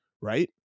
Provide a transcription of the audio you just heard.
Right